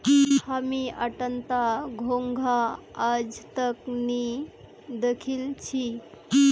हामी अट्टनता घोंघा आइज तक नी दखिल छि